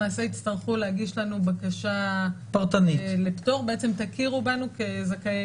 למעשה יצטרכו להגיש לנו בקשה לפטור: בעצם תכירו בנו כזכאי